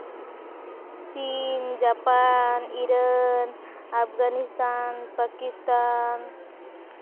China Japan Iran Afghanistan Pakistan